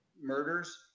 murders